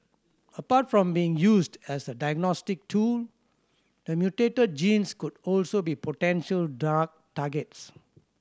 apart from being used as a diagnostic tool the mutated genes could also be potential drug targets